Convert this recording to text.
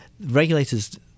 regulators